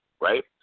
right